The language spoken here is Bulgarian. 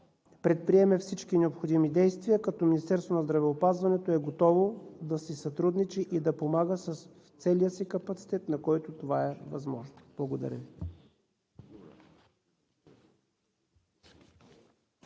предприеме всички необходими действия, като Министерството на здравеопазването е готово да си сътрудничи и да помага с целия си капацитет, с който това е възможно. Благодаря Ви.